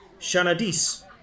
Shanadis